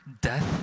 death